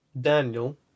Daniel